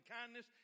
kindness